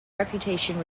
reputation